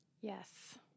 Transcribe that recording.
Yes